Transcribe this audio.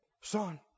Son